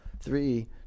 three